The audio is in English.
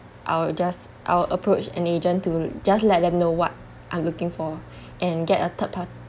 I'll just I'll approach an agent to just let them know what I'm looking for and get a third party